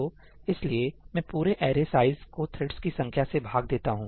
तो इसलिए मैं पूरे अरे साइज को थ्रेड्स की संख्या से भाग देता हूं